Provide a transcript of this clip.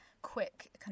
Quick